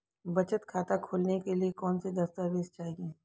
बचत खाता खोलने के लिए कौनसे दस्तावेज़ चाहिए?